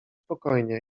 spokojnie